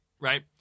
right